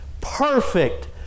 Perfect